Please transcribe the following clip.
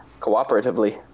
cooperatively